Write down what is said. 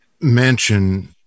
mention